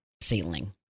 ceiling